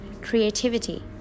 creativity